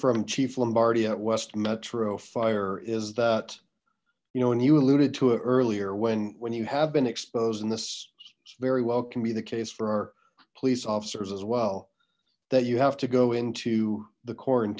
at west metro fire is that you know when you alluded to it earlier when when you have been exposed and this very well can be the case for our police officers as well that you have to go into the